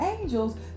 angels